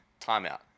timeout